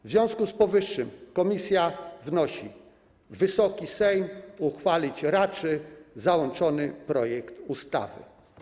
W związku z powyższym komisja wnosi, aby Wysoki Sejm uchwalić raczył załączony projekt ustawy.